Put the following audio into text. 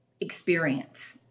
experience